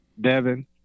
Devin